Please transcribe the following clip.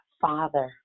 Father